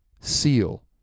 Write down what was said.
seal